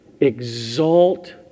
exalt